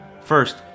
First